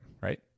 right